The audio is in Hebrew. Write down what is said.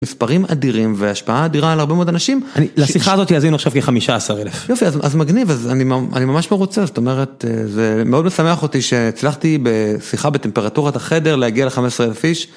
מספרים אדירים והשפעה אדירה על הרבה מאוד אנשים. לשיחה הזאת יזינו עכשיו כמה חמישה עשר אלף. יופי, אז מגניב, אז אני ממש מרוצה, זאת אומרת זה מאוד משמח אותי שהצלחתי בשיחה בטמפרטורת החדר להגיע ל-15 אלף איש.